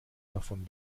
davon